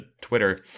Twitter